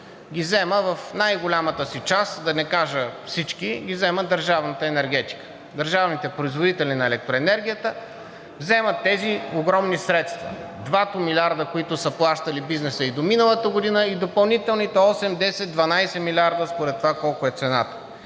ги взема в най-голямата си част – да не кажа всички –държавната енергетика, държавните производители на електроенергията вземат тези огромни средства – двата милиарда, които е плащал бизнесът и до миналата година, и допълнителните 8, 10, 12 милиарда според това колко е цената.